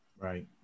Right